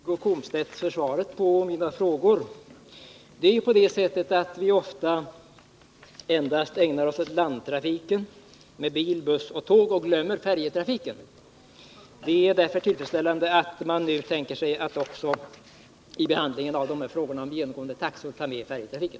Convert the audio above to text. Herr talman! Jag tackar Wiggo Komstedt för svaret på mina frågor. Vi ägnar oss ofta endast åt landtrafiken med bil, buss och tåg och glömmer lätt färjetrafiken. Det är därför tillfredsställande att man nu tänker sig att vid behandlingen av frågorna om genomgående taxor också ta med färjetrafiken.